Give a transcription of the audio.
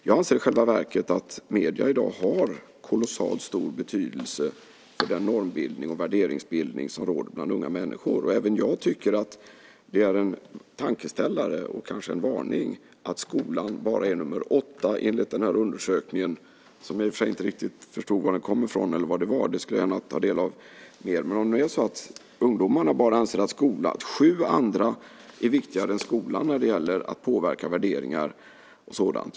Jag anser i själva verket att medierna i dag har kolossalt stor betydelse för den normbildning och värderingsbildning som råder bland unga människor. Även jag tycker att det är en tankeställare och kanske en varning att skolan bara är nr 8 enligt den här undersökningen. Jag förstod i och för sig inte riktigt varifrån den kom eller vad det var. Det skulle jag gärna ta del av. Men om det är så betyder det att ungdomarna anser att sju andra områden är viktigare än skolan när det gäller att påverka värderingar.